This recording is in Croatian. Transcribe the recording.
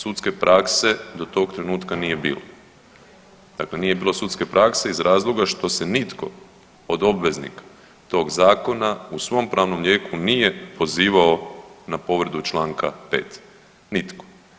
Sudske prakse do tog trenutka nije bilo, dakle nije bilo sudske prakse iz razloga što se nitko od obveznika tog zakona u svom pravnom lijeku nije pozivao na povredu Članka 5., nitko.